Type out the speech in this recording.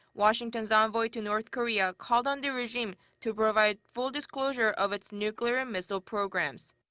washington's envoy to north korea called on the regime to provide full disclosure of its nuclear and missile programs.